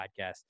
Podcast